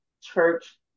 church